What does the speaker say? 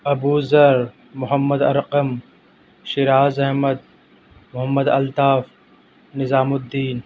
Abuzar Muhammad Arqam Shiraz Ahmed Muhammad Altaf Nizam Uddin